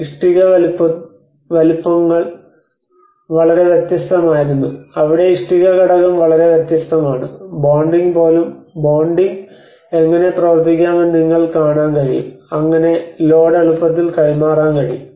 ഇഷ്ടിക വലുപ്പങ്ങൾ വളരെ വ്യത്യസ്തമായിരുന്നു അവിടെ ഇഷ്ടിക ഘടകം വളരെ വ്യത്യസ്തമാണ് ബോണ്ടിംഗ് പോലും ബോണ്ടിംഗ് എങ്ങനെ പ്രവർത്തിപ്പിക്കാമെന്ന് നിങ്ങൾക്ക് കാണാൻ കഴിയും അങ്ങനെ ലോഡ് എളുപ്പത്തിൽ കൈമാറാൻ കഴിയും